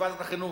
בוועדת החינוך,